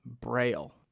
Braille